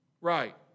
right